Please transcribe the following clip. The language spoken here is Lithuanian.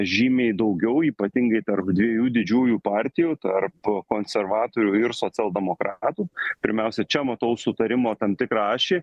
žymiai daugiau ypatingai tarp dviejų didžiųjų partijų tarp konservatorių ir socialdemokratų pirmiausia čia matau sutarimo tam tikrą ašį